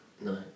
No